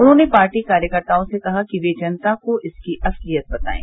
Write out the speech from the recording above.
उन्होंने पार्टी कार्यकर्ताओं से कहा कि वे जनता को इसकी असंलियत बतायें